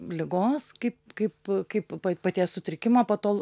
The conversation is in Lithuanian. ligos kaip kaip kaip paties sutrikimo patol